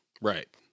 Right